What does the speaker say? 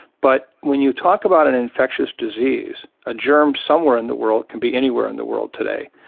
but when you talk about an infectious disease, a germ somewhere in the world can be anywhere in the world today,